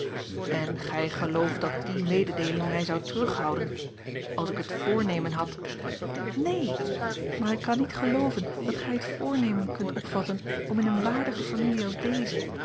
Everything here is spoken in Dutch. en gij gelooft dat die mededeeling mij zou terughouden als ik het voornemen had neen maar ik kan niet gelooven dat gij het voornemen kunt opvatten om in eene waardige familie als deze